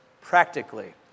practically